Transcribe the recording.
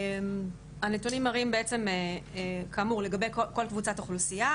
הנתונים מראים לגבי כל קבוצת אוכלוסייה,